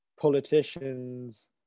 politicians